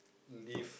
leave